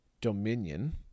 dominion